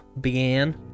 began